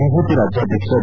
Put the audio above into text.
BJP ರಾಜ್ಯಾಧ್ವಕ್ಷ B